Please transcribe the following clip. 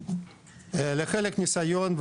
יש לחלק מהאנשים ניסיון,